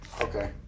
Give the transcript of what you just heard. Okay